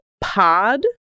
pod